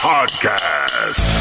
Podcast